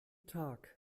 tag